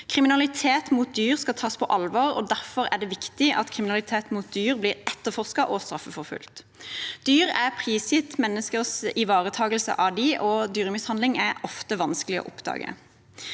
Kriminalitet mot dyr skal tas på alvor, derfor er det viktig at kriminalitet mot dyr blir etterforsket og straffeforfulgt. Dyr er prisgitt menneskers ivaretakelse av dem, og dyremishandling er ofte vanskelig å oppdage.